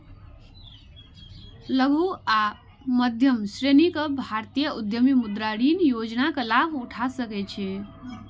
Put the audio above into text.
लघु आ मध्यम श्रेणीक भारतीय उद्यमी मुद्रा ऋण योजनाक लाभ उठा सकै छै